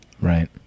Right